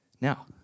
Now